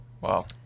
wow